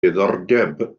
diddordeb